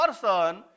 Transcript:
person